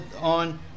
on